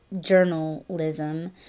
journalism